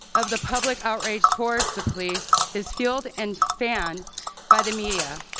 of the public outrage towards the police is fueled and fanned by the media,